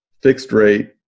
fixed-rate